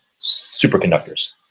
superconductors